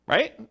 Right